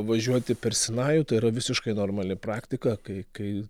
važiuoti per sinajų tai yra visiškai normali praktika kai kai